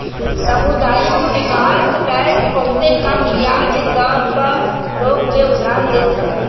सामुदायिक विकास बैंक बहुते कम बियाज दर पअ लोग के उधार देत हअ